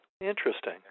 Interesting